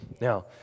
Now